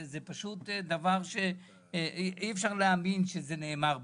זה פשוט דבר שאי אפשר להאמין שנאמר בכלל.